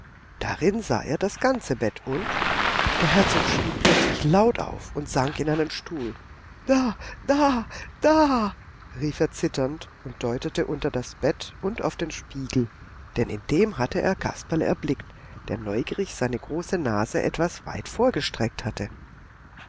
darin sah er das ganze bett und der herzog schrie plötzlich laut auf und sank in einen stuhl da da da rief er zitternd und deutete unter das bett und auf den spiegel denn in dem hatte er kasperle erblickt der neugierig seine große nase etwas weit vorgestreckt hatte